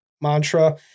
mantra